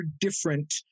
different